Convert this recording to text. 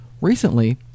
Recently